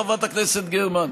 חברת הכנסת גרמן,